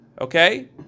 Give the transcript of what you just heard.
Okay